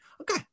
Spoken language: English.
okay